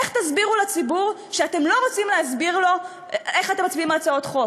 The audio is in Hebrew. איך תסבירו לציבור שאתם לא רוצים להסביר לו על הצעות חוק: